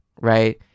right